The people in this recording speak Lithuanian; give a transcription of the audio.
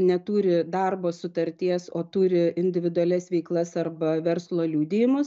neturi darbo sutarties o turi individualias veiklas arba verslo liudijimus